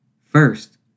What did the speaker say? First